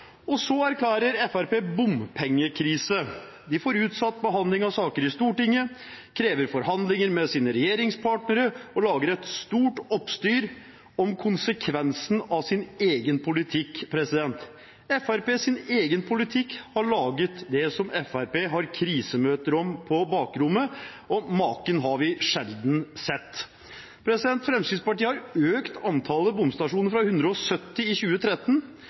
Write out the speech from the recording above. regjeringskontorene. Så erklærer Fremskrittspartiet bompengekrise. De får utsatt behandling av saker i Stortinget, krever forhandlinger med sine regjeringspartnere og lager et stort oppstyr om konsekvensen av sin egen politikk. Fremskrittspartiets egen politikk har laget det som Fremskrittspartiet har krisemøter om på bakrommet, og maken har vi sjelden sett. Fremskrittspartiet har økt antallet bomstasjoner fra 170 i 2013